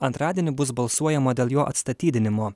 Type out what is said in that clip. antradienį bus balsuojama dėl jo atstatydinimo